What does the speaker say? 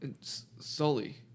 Sully